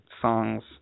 songs